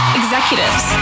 executives